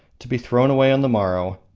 to be thrown away on the morrow,